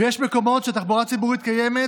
ויש מקומות שהתחבורה הציבורית קיימת